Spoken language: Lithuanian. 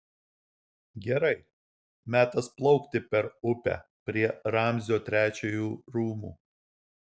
gerai metas plaukti per upę prie ramzio trečiojo rūmų